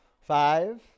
Five